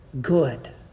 good